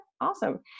awesome